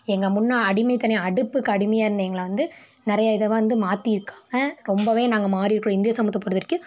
எங்கள் முன்னே அடிமை அடுப்புக்கு அடிமையாக இருந்த எங்களை வந்து நிறைய இதை வந்து மாத்தியிருக்காங்க ரொம்ப நாங்கள் மாறிடுறோம் இந்திய சமூகத்தை பொறுத்த வரைக்கும்